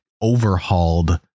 overhauled